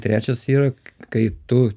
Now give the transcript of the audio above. trečias yra kai tu